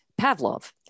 Pavlov